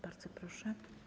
Bardzo proszę.